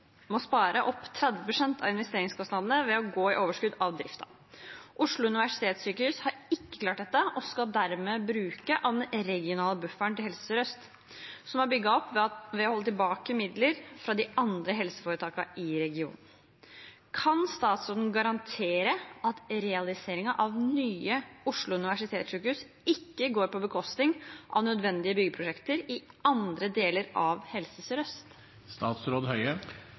må spare opp 30 prosent av investeringskostnadene ved å gå i overskudd på driften. Oslo universitetssykehus har ikke klart dette, og skal dermed bruke av den regionale bufferen til Helse Sør-Øst, som er bygget opp ved å holde midler tilbake fra de andre helseforetakene i regionen. Kan statsråden garantere at realiseringen av Nye Oslo universitetssykehus ikke går på bekostning av nødvendige byggeprosjekter i andre deler av Helse